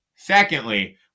Secondly